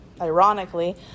Ironically